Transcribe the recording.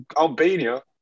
Albania